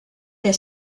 der